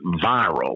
viral